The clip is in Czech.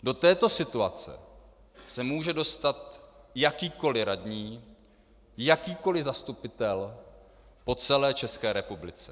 Do této situace se může dostat jakýkoliv radní, jakýkoliv zastupitel po celé České republice.